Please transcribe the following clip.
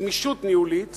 וגמישות ניהולית